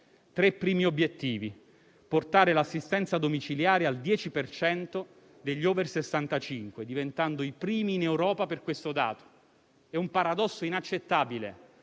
Tre primi obiettivi: portare l'assistenza domiciliare al 10 per cento degli *over* sessantacinque, diventando i primi in Europa per questo dato. È un paradosso inaccettabile: